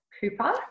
Cooper